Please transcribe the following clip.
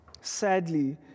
Sadly